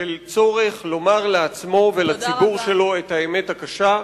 צורך לומר לעצמו ולציבור שלו את האמת הקשה.